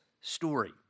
story